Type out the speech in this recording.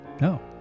no